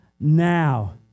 now